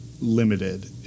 limited